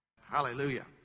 Hallelujah